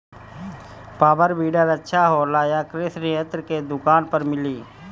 Power weeder अच्छा होला यह कृषि यंत्र के दुकान पर मिली?